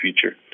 future